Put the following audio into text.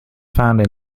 found